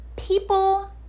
People